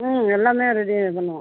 ம் எல்லாமே ரெடியா இது பண்ணுவோம்